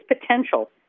potential